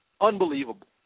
Unbelievable